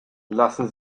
lassen